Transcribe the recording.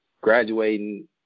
graduating